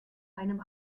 einem